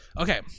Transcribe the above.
Okay